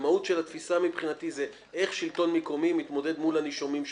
המהות של התפיסה מבחינתי היא איך שלטון מקומי מתמודד מול הנישומים שלו,